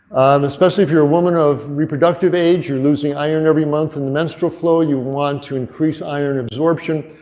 especially if you're a woman of reproductive age you're losing iron every month in the menstrual flow you want to increase iron absorption.